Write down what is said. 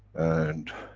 and,